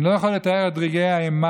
אני לא יכול לתאר את רגעי האימה,